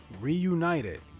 reunited